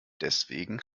deswegen